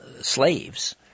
slaves